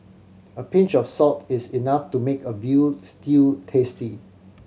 a pinch of salt is enough to make a veal stew tasty